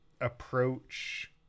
approach